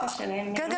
כן.